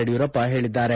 ಯಡಿಯೂರಪ್ಪ ಹೇಳಿದ್ದಾರೆ